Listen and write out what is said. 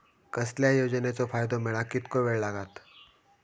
कसल्याय योजनेचो फायदो मेळाक कितको वेळ लागत?